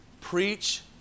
Preach